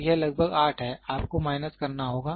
तो यह लगभग 8 है आपको माइनस करना होगा